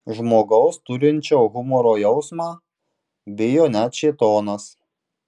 žmogaus turinčio humoro jausmą bijo net šėtonas